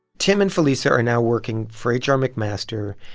tim and felisa are now working for h r. mcmaster.